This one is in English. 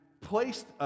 placed